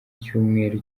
icyumweru